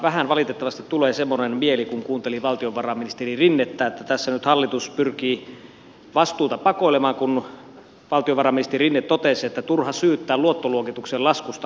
vähän valitettavasti tulee semmoinen mieli kun kuunteli valtiovarainministeri rinnettä että tässä nyt hallitus pyrkii vastuuta pakoilemaan kun valtiovarainministeri rinne totesi että turha syyttää luottoluokituksen laskusta hallitusta